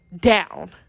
down